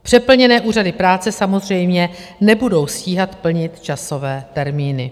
Přeplněné úřady práce samozřejmě nebudou stíhat plnit časové termíny.